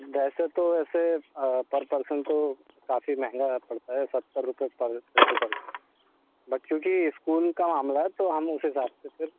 वैसे तो ऐसे पर पर्सन तो काफ़ी महंगा पड़ता है सत्तर रुपये पर प्रति पर्सन बट क्यूँकि ये इस्कूल का मामला है तो हम उस हिसाब से फिर हिसाब से फिर